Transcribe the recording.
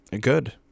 good